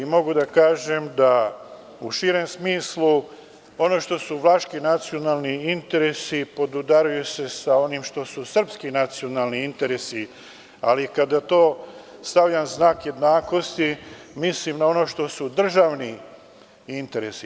Mogu da kažem da, u širem smislu, ono što su vlaški nacionalni interesi podudara se sa onim što su srpski nacionalni interesi, ali kada stavljam znak jednakosti mislim na ono što su državni interesi.